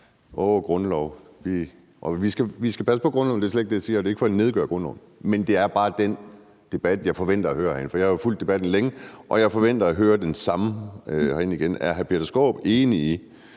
åh, grundlov. Og vi skal passe på grundloven; det er slet ikke det, jeg siger. Det er ikke for at nedgøre grundloven, men det er bare den debat, jeg forventer at høre herinde. For jeg har jo fulgt debatten længe, og jeg forventer at høre det samme herinde igen. Er hr. Peter Skaarup enig i,